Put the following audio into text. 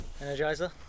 energizer